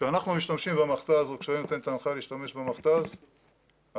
כשאנחנו משתמשים במכת"ז או כשאני נותן הוראה להשתמש במכת"ז אז